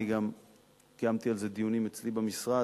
אני קיימתי על זה דיונים אצלי במשרד,